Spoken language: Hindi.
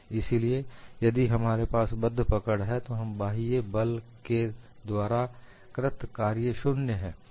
इसीलिए यदि हमारे पास बद्ध पकड़ है तो बाह्य बल के द्वारा कृत कार्य शून्य है